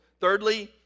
Thirdly